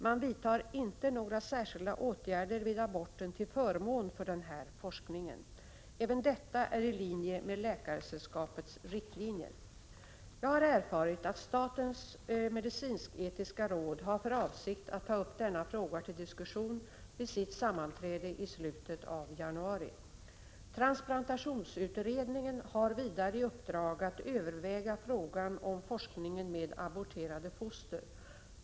Man vidtar inte några särskilda åtgärder vid aborten till förmån för den här forskningen. Även detta är i linje med Läkaresällskapets riktlinjer. Jag har erfarit att statens medicinsk-etiska råd har för avsikt att ta upp denna fråga till diskussion vid sitt sammanträde i slutet av januari. Transplantationsutredningen har vidare i uppdrag att överväga frågan om forskningen med aborterade foster.